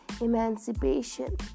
emancipation